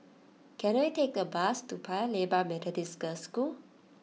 can I take a bus to Paya Lebar Methodist Girls' School